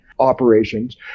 operations